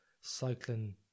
cycling